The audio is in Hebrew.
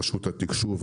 רשות התקשוב,